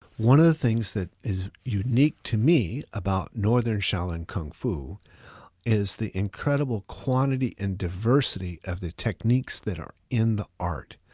one of the things that is unique to me about northern shaolin kung fu is the incredible and diversity of the techniques that are in the art.